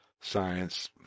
science